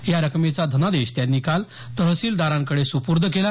या रकमेचा धनादेश त्यांनी काल तहसिलदारांकडे सुपुर्द केला